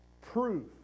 proof